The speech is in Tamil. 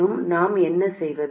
மற்றும் நாம் என்ன செய்வது